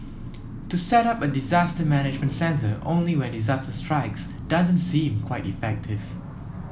to set up a disaster management centre only when disaster strikes doesn't seem quite effective